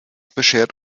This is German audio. beschert